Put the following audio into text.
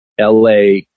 LA